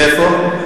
איפה?